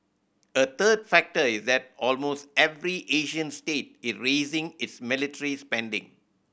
a third factor is that almost every Asian state is raising its military spending